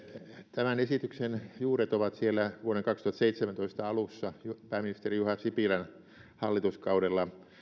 tämän esityksen juuret ovat siellä vuoden kaksituhattaseitsemäntoista alussa pääministeri juha sipilän hallituskaudella